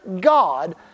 God